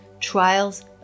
trials